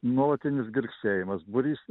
nuolatinis girgsėjimas būrys